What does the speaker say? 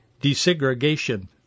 desegregation